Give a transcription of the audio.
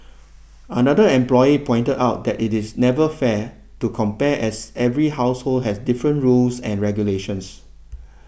another employer pointed out that it is never fair to compare as every household has different rules and regulations